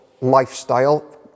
lifestyle